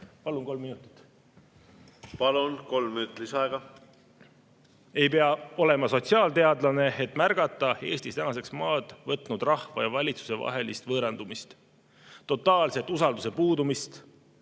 Palun, kolm minutit lisaaega! Palun, kolm minutit lisaaega! Ei pea olema sotsiaalteadlane, et märgata Eestis tänaseks maad võtnud rahva ja valitsuse [oma]vahelist võõrandumist, totaalset usalduse puudumist.